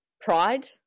pride